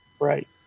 Right